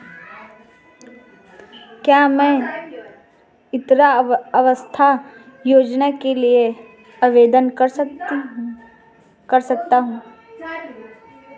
क्या मैं इंदिरा आवास योजना के लिए आवेदन कर सकता हूँ?